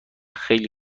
خیلی